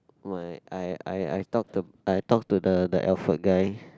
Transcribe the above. my I I I talk to I talk to the the Alfred guy